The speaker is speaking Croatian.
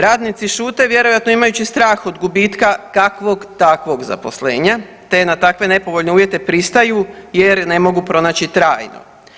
Radnici šute vjerojatno imajući strah od gubitka kakvog takvog zaposlenja, te na takve nepovoljne uvjete pristaju jer ne mogu pronaći trajno.